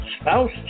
Spouse